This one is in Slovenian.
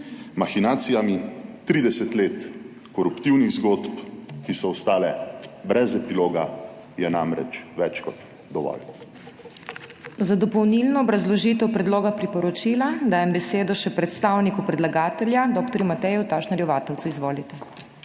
mahinacijami, 30 let koruptivnih zgodb, ki so ostale brez epiloga je namreč več kot dovolj. PODPREDSEDNICA MAG. MEIRA HOT: Za dopolnilno obrazložitev predloga priporočila dajem besedo še predstavniku predlagatelja, dr. Mateju Tašnerju Vatovcu, izvolite.